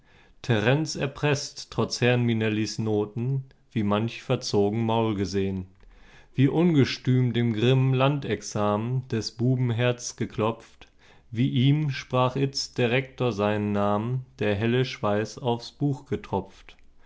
drehn terenz erpreßt trotz herrn minellis noten wie manch verzogen maul gesehn wie ungestüm dem grimmen landexamen des buben herz geklopft wie ihm sprach itzt der rektor seinen namen der helle schweiß aufs buch getropft